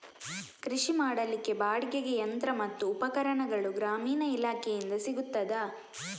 ಕೃಷಿ ಮಾಡಲಿಕ್ಕೆ ಬಾಡಿಗೆಗೆ ಯಂತ್ರ ಮತ್ತು ಉಪಕರಣಗಳು ಗ್ರಾಮೀಣ ಇಲಾಖೆಯಿಂದ ಸಿಗುತ್ತದಾ?